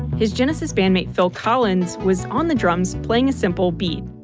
his genesis bandmate, phil collins, was on the drums playing a simple beat.